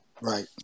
Right